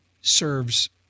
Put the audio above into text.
serves